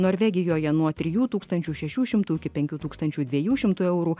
norvegijoje nuo trijų tūkstančių šešių šimtų iki penkių tūkstančių dviejų šimtų eurų